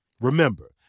Remember